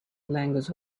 language